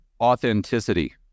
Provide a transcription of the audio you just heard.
authenticity